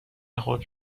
خود